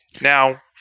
Now